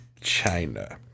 China